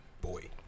Boy